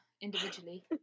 individually